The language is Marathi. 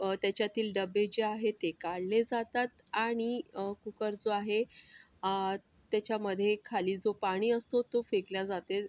त्याच्यातील डबे जे आहे ते काढले जातात आणि कुकर जो आहे त्याच्यामध्ये खाली जो पाणी असतो तो फेकल्या जाते